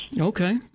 Okay